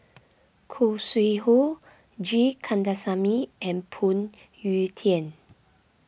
Khoo Sui Hoe G Kandasamy and Phoon Yew Tien